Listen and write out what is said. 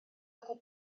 wedi